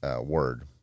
word